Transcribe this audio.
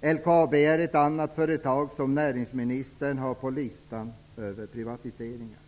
LKAB är ett annat företag som näringsministern har på listan över privatiseringar.